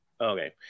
Okay